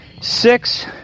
six